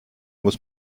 muss